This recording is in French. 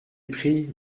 pris